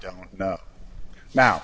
don't know now